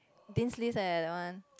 dean's list eh that one